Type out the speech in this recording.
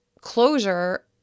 closure